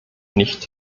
nicht